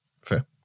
Fair